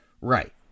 Right